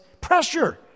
Pressure